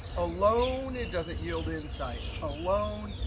alone, it doesn't yield insight. alone,